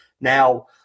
Now